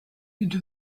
into